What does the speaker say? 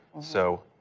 so